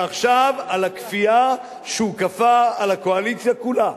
ועכשיו על הכפייה שהוא כפה על הקואליציה כולה,